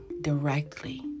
directly